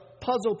puzzle